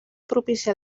propicià